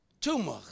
tumor